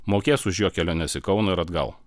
mokės už jo keliones į kauną ir atgal